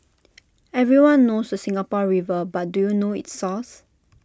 everyone knows the Singapore river but do you know its source